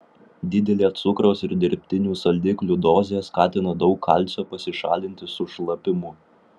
didelė cukraus ir dirbtinių saldiklių dozė skatina daug kalcio pasišalinti su šlapimu